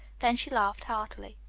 then she laughed heartily.